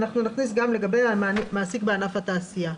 נכניס גם לגבי מעסיק בענף התעשייה.